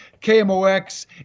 KMOX